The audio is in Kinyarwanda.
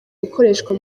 gukoreshwa